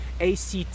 ACT